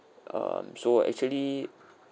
um so actually